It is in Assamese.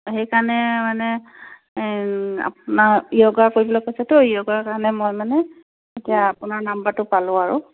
সেইকাৰণে মানে আপোনাৰ য়োগা কৰিবলৈ কৈছেতো য়োগাৰ কাৰণে মই মানে এতিয়া আপোনাৰ নাম্বাৰটো পালোঁ আৰু